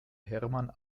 hermann